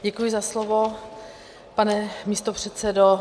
Děkuji za slovo, pane místopředsedo.